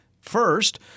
First